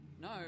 No